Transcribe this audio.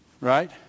right